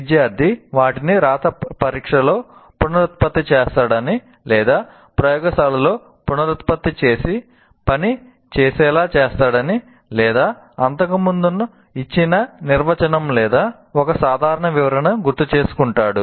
విద్యార్థి వాటిని రాత పరీక్షలో పునరుత్పత్తి చేస్తాడని లేదా ప్రయోగశాలలో పునరుత్పత్తి చేసి పని చేసేలా చేస్తాడని లేదా అంతకుముందు ఇచ్చిన నిర్వచనం లేదా ఒక సాధారణ వివరణను గుర్తుచేసుకుంటాడు